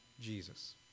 Jesus